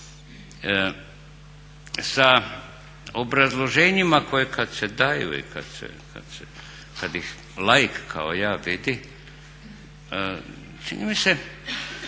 sa obrazloženjima koja kad se daju i kad ih laik kao ja vidi čini mi se